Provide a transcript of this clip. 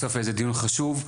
בסוף זה דיון חשוב.